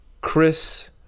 Chris –